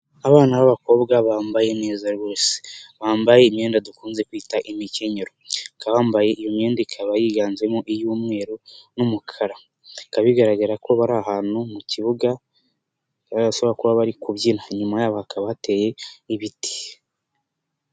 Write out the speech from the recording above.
Abana b'abakobwa bambaye neza rwose, bambaye imyenda dukunze kwita imikenyero, bambaye iyo myenda ikaba yiganjemo iy'umweru n'umukara, bikaba bigaragara ko bari ahantu mu kibuga baashobora kuba bari kubyina inyuma yabo bakaba hateye ibiti.